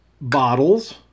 bottles